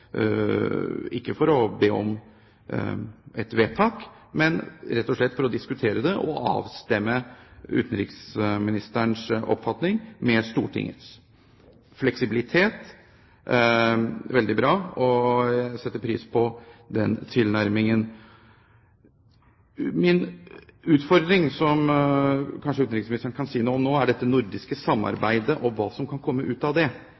ikke for å be om et vedtak, men rett og slett for å diskutere det og for å avstemme utenriksministerens oppfatning med Stortingets. Fleksibilitet er veldig bra, og jeg setter pris på den tilnærmingen. Min utfordring, som utenriksministeren kanskje kan si noe om nå, er dette nordiske samarbeidet og hva som kan komme ut av det